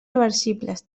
reversibles